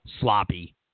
sloppy